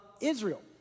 Israel